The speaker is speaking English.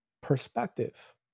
Perspective